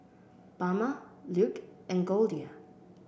Bama Luke and Goldia